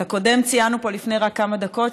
את הקודם ציינו פה רק לפני כמה דקות,